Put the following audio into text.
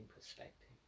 perspective